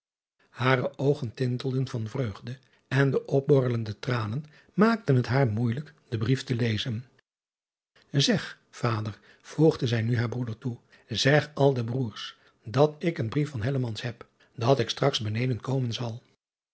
hare oogen tintelden van vreugde en de opborrelende tranen maakten driaan oosjes zn et leven van illegonda uisman het haar moeijelijk den brief te lezen eg vader voerde zij nu haar broeder toe zeg al de broêrs dat ik een brief van heb dat ik straks beneden komen zal